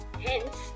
Hence